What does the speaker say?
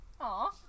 Aw